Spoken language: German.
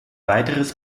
weiteres